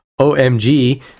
OMG